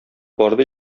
барды